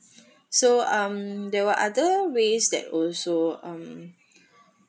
so um there were other ways that also um